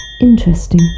Interesting